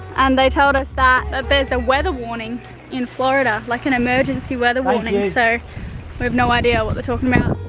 and they told us that there's a weather warning in florida like an emergency where the warning is there we have no idea what they're talking about.